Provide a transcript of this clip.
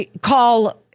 call